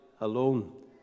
alone